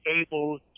able